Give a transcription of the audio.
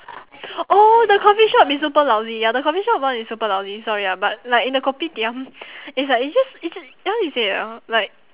oh the coffee shop is super lousy ya the coffee shop [one] is super lousy sorry ah but like in a kopitiam it's like it's just it's how you say ah like